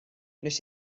wnes